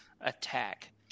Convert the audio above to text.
attack